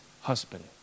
husband